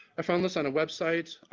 i found this on the website,